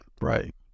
right